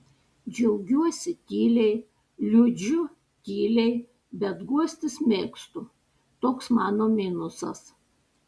džiaugiuosi tyliai liūdžiu tyliai bet guostis mėgstu toks mano minusas